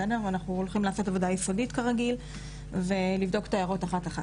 אנחנו הולכים לעשות עבודה יסודית כרגיל ולבדוק את ההערות אחת אחת.